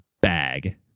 bag